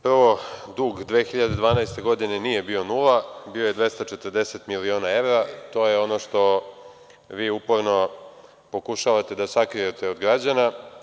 Prvo, dug 2012. godine nije bio nula bio 240 miliona evra, to je ono što vi uporno pokušavate da sakrijete od građana.